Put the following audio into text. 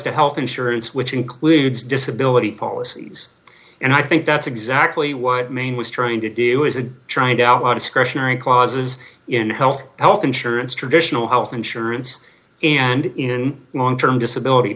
to health insurance which includes disability policies and i think that's exactly what maine was trying to do is a trying to outlaw discretionary clauses in health health insurance traditional health insurance and in long term disability